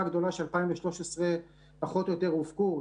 הגדולה של 2013 פחות או יותר הופקו.